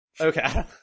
Okay